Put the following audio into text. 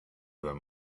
them